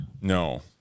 No